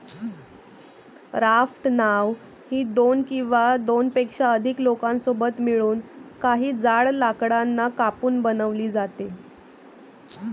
raft नाव ही दोन किंवा दोनपेक्षा अधिक लोकांसोबत मिळून, काही जाड लाकडांना कापून बनवली जाते